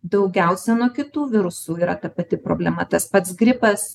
daugiausia nuo kitų virusų yra ta pati problema tas pats gripas